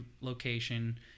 location